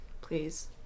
please